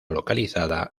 localizada